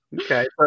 Okay